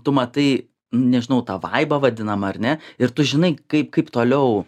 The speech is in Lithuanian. tu matai nežinau tą vaibą vadinamą ar ne ir tu žinai kaip kaip toliau